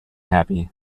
happy